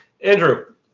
Andrew